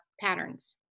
patterns